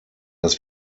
dass